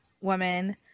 woman